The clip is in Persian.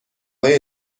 های